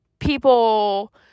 people